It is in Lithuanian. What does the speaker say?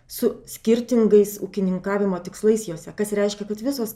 su skirtingais ūkininkavimo tikslais jose kas reiškia kad visos